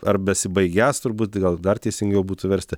ar besibaigiąs turbūt gal dar teisingiau būtų versti